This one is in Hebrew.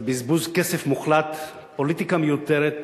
זה בזבוז כסף מוחלט, פוליטיקה מיותרת,